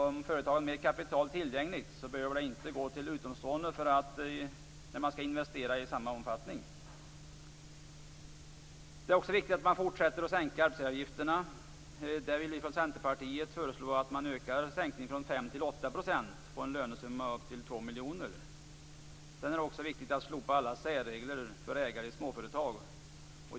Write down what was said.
Om företaget har mer kapital tillgängligt behöver man inte i samma omfattning gå till utomstående när man skall investera. Det är också viktigt att vi fortsätter att sänka arbetsgivaravgifterna. Från Centerpartiet föreslår vi att sänkningen ökas från 5 till 8 % på en lönesumma upp till 2 miljoner. Det är också viktigt att alla särregler för ägare i småföretag slopas.